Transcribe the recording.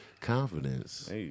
confidence